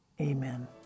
amen